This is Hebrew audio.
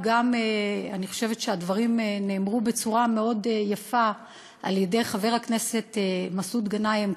ואני חושבת שהדברים נאמרו בצורה מאוד יפה על-ידי חבר הכנסת מסעוד גנאים,